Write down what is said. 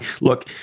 Look